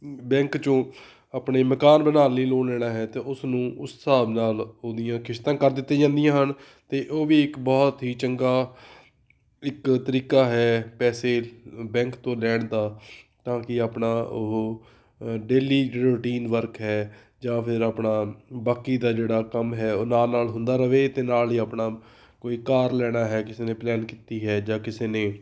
bank 'ਚੋਂ ਆਪਣੇ ਮਕਾਨ ਬਣਾਉਣ ਲਈ ਲੋਨ ਲੈਣਾ ਹੈ ਅਤੇ ਉਸ ਨੂੰ ਉਸ ਹਿਸਾਬ ਨਾਲ ਉਹਦੀਆਂ ਕਿਸ਼ਤਾਂ ਕਰ ਦਿੱਤੀਆਂ ਜਾਂਦੀਆਂ ਹਨ ਅਤੇ ਉਹ ਵੀ ਇੱਕ ਬਹੁਤ ਹੀ ਚੰਗਾ ਇੱਕ ਤਰੀਕਾ ਹੈ ਪੈਸੇ ਬੈਂਕ ਤੋਂ ਲੈਣ ਦਾ ਤਾਂ ਕਿ ਆਪਣਾ ਉਹ ਡੇਲੀ ਰੂਟੀਨ ਵਰਕ ਹੈ ਜਾਂ ਫਿਰ ਆਪਣਾ ਬਾਕੀ ਦਾ ਜਿਹੜਾ ਕੰਮ ਹੈ ਉਹ ਨਾਲ ਨਾਲ ਹੁੰਦਾ ਰਵੇ ਅਤੇ ਨਾਲ ਹੀ ਆਪਣਾ ਕੋਈ ਕਾਰ ਲੈਣਾ ਹੈ ਕਿਸੇ ਨੇ ਪਲੈਨ ਕੀਤੀ ਹੈ ਜਾਂ ਕਿਸੇ ਨੇ